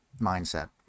mindset